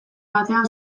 batean